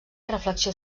reflexió